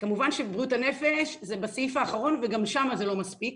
כמובן שבריאות הנפש זה בסעיף האחרון וגם שם זה לא מספיק.